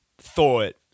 thought